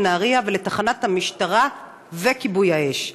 נהריה ולתחנות המשטרה וכיבוי האש.